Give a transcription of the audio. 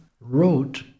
wrote